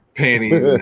panties